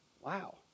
Wow